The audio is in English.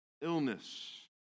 illness